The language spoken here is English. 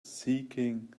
seeking